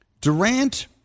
Durant